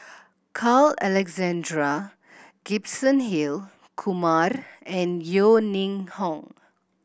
Carl Alexander Gibson Hill Kumar and Yeo Ning Hong